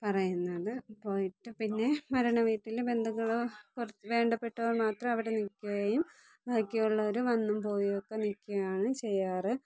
പറയുന്നത് പോയിട്ട് പിന്നെ മരണ വീട്ടിൽ ബന്ധുക്കൾ വേണ്ടപ്പെട്ടവർ മാത്രമേ അവിടെ നിൽക്കുകയും ബാക്കിയുള്ളവർ വന്നും പോയുമൊക്കെ നിൽക്കുകയാണ് ചെയ്യാറ്